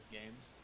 games